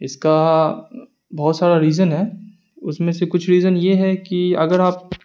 اس کا بہت سارا ریزن ہے اس میں سے کچھ ریزن یہ ہے کہ اگر آپ